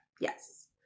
Yes